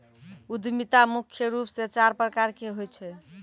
उद्यमिता मुख्य रूप से चार प्रकार के होय छै